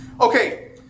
Okay